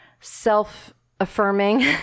self-affirming